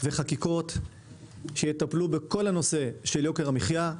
וחקיקות שיטפלו בכל הנושא של יוקר המחייה.